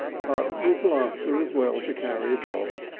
but with laughter as well to carry it off.